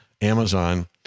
Amazon